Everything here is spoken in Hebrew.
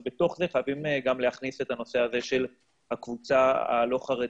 אז בתוך זה חייבים גם להכניס את הנושא של הקבוצה הלא חרדית.